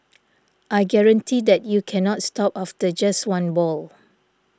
I guarantee that you cannot stop after just one ball